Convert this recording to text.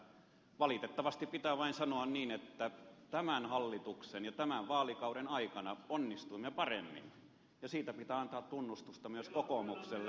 valitettavasti pitää vain sanoa niin että tämän hallituksen ja tämän vaalikauden aikana onnistuimme paremmin ja siitä pitää antaa tunnustusta myös kokoomukselle